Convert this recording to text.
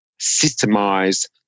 systemize